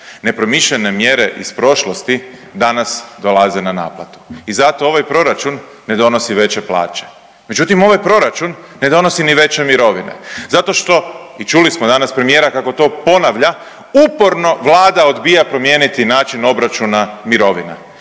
Nepromišljene mjere iz prošlosti danas dolaze na naplatu i zato ovaj proračun ne donosi veće plaće. Međutim, ovaj proračun ne donosi ni veće mirovine zato što i čuli smo danas premijera kako to ponavlja, uporno Vlada promijeniti način obračuna mirovina.